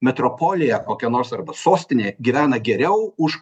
metropolija kokia nors arba sostinė gyvena geriau už